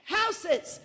houses